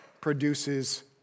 produces